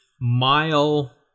mile